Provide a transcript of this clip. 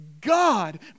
God